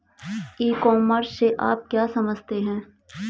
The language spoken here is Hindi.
ई कॉमर्स से आप क्या समझते हैं?